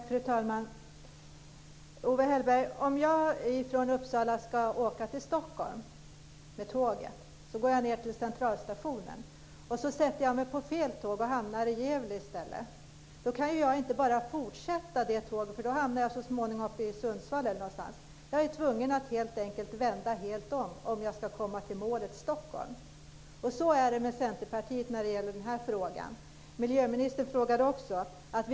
Fru talman! Owe Hellberg! Om jag ska åka tåg från Uppsala till Stockholm så går jag ned till Centralstationen. Om jag sätter mig på fel tåg och hamnar i Gävle i stället kan jag inte bara fortsätta på det tåget - då hamnar jag ju så småningom uppe i Sundsvall eller någonstans. Jag är helt enkelt tvungen att vända helt om om jag ska komma till målet, dvs. Stockholm. Så är det med Centerpartiet när det gäller den här frågan. Miljöministern frågade också om detta.